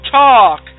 talk